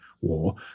war